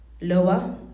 lower